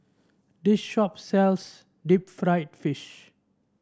this shop sells Deep Fried Fish